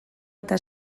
eta